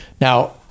Now